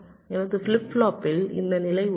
எனது ஃபிளிப் ஃப்ளாப்பில் இந்த நிலை உள்ளது